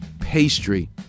pastry